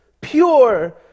pure